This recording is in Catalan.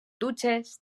dutxes